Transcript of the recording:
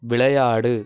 விளையாடு